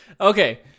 Okay